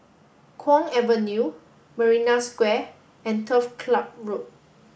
Kwong Avenue Marina Square and Turf Club Road